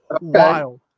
wild